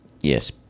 yes